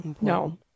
No